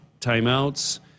timeouts